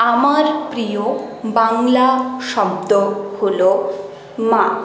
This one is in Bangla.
আমার প্রিয় বাংলা শব্দ হলো মা